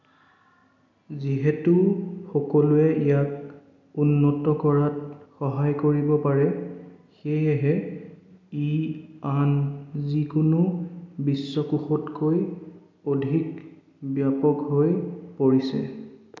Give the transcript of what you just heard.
যিহেতু সকলোৱে ইয়াক উন্নত কৰাত সহায় কৰিব পাৰে সেয়েহে ই আন যিকোনো বিশ্বকোষতকৈ অধিক ব্যাপক হৈ পৰিছে